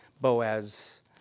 Boaz